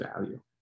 value